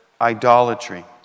idolatry